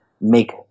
make